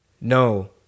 no